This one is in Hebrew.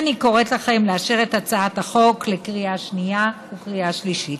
ואני קוראת לכם לאשר את הצעת החוק בקריאה שנייה וקריאה שלישית.